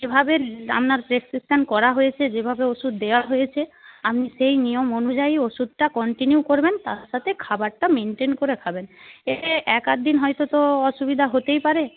যেভাবে আপনার প্রেসক্রিপশন করা হয়েছে যেভাবে ওষুধ দেওয়া হয়েছে আপনি সেই নিয়ম অনুযায়ী ওষুধটা কন্টিনিউ করবেন তার সাথে খাবারটা মেনটেন করে খাবেন এতে এক আধ দিন হয়তো তো অসুবিধা হতেই পারে